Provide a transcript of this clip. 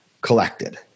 collected